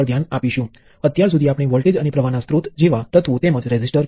અને તેને આ પ્રતીક દ્વારા દર્શાવવામાં આવ્યું છે જે પ્રવાહ સ્ત્રોત જેવું જ છે